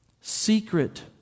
secret